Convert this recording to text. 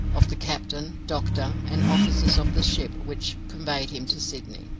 of the captain, doctor, and officers of the ship which conveyed him to sydney,